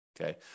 okay